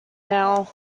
now